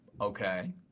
Okay